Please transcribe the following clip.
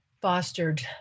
fostered